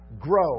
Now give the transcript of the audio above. grow